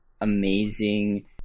amazing